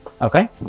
Okay